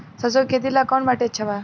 सरसों के खेती ला कवन माटी अच्छा बा?